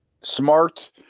Smart